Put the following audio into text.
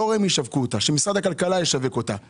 לא רמ"י ישווק אותה אלא משרד הכלכלה ישווק אותה;